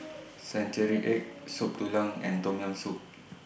Century Egg Soup Tulang and Tom Yam Soup